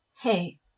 Hey